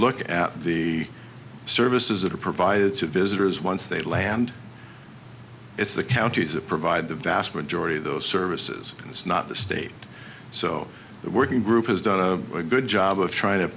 look at the services that are provided to visitors once they land it's the counties or provide the vast majority of those services and it's not the state so the working group has done a good job of trying to